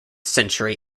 century